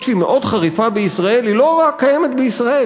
אף שהיא מאוד חריפה בישראל היא לא קיימת רק בישראל.